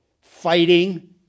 Fighting